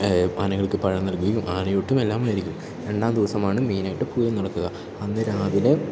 ആനകൾക്ക് പഴം നൽകുകയും ആനയൂട്ടും എല്ലാം ഉണ്ടായിരിക്കും രണ്ടാം ദിവസമാണ് മെയിനായിട്ട് പൂരം നടക്കുക അന്ന് രാവിലെ